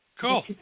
Cool